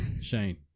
Shane